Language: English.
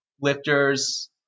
lifters